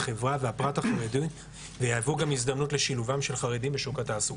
החברה והפרט ויהוו גם הזדמנות לשילובם של חרדים בשוק התעסוקה.